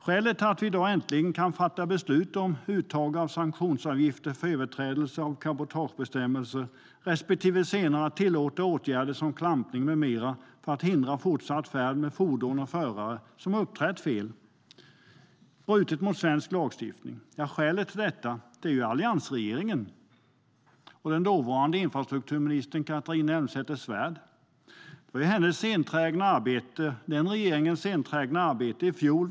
Skälet till att vi här i dag äntligen kan fatta beslut om uttag av sanktionsavgift för överträdelse av cabotagebestämmelser respektive senare tillåta åtgärder som klampning med mera för att hindra fortsatt färd med fordon och förare som har uppträtt felaktigt och brutit mot svensk lagstiftning är ju alliansregeringens och dåvarande infrastrukturministern Catharina Elmsäter-Svärds enträgna arbete i fjol, i vintras och i våras.